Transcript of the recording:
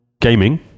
gaming